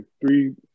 three